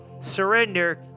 surrender